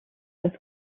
als